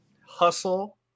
hustle